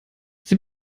sie